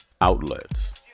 outlets